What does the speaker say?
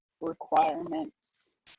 requirements